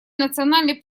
национальный